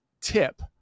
tip